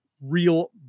real